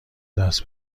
دست